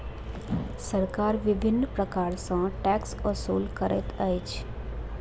सरकार विभिन्न प्रकार सॅ टैक्स ओसूल करैत अछि